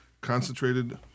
concentrated